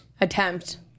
Attempt